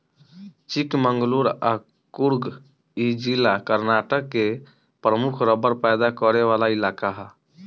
चिकमंगलूर आ कुर्ग इ जिला कर्नाटक के प्रमुख रबड़ पैदा करे वाला इलाका ह